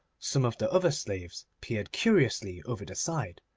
some of the other slaves peered curiously over the side.